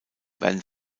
werden